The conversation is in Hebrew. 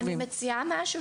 אני מציעה משהו,